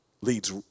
leads